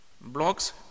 Blocks